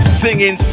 singing